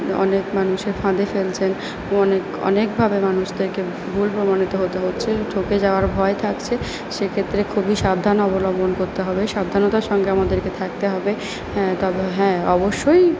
অনেক মানুষের ফাঁদে ফেলছেন অনেক অনেকভাবে মানুষদেরকে ভুল প্রমাণিত হতে হচ্ছে ঠকে যাওয়ার ভয় থাকছে সেক্ষেত্রে খুবই সাবধান অবলম্বন করতে হবে সাবধানতার সঙ্গে আমাদেরকে থাকতে হবে হ্যাঁ তবে হ্যাঁ অবশ্যই